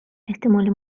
احتمال